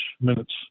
minutes